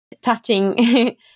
touching